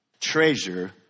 treasure